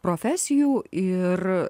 profesijų ir